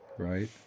right